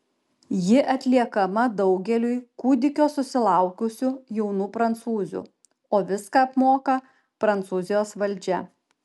ji atliekama daugeliui kūdikio susilaukusių jaunų prancūzių o viską apmoka prancūzijos valdžia